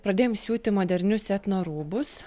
pradėjom siūti modernius etno rūbus